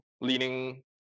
leaning